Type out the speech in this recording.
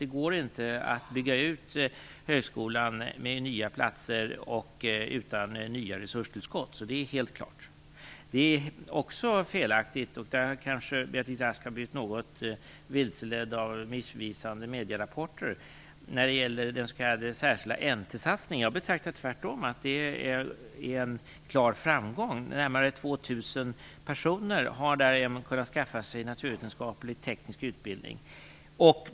Det går inte att bygga ut högskolan med nya platser utan nya resurstillskott. Det är helt klart. Det som har skrivits om den särskilda NT satsningen - Beatrice Ask har kanske blivit något vilseledd av missvisande medierapporter -- är också felaktigt. Tvärtom är detta en klar framgång. Det är närmare 2 000 personer som därigenom har kunnat skaffa sig naturvetenskaplig och teknisk utbildning.